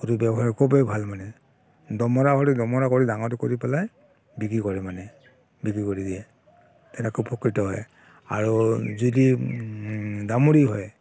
এইটো ব্যৱসায় খুবেই ভাল মানে দমৰা হ'লে দমৰা কৰি ডাঙৰ কৰি পেলাই বিক্ৰী কৰে মানে বিক্ৰী কৰি দিয়ে তেনেকৈ প্ৰকৃত হয় আৰু যদি দামুৰী হয়